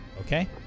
Okay